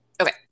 Okay